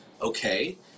okay